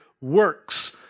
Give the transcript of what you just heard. works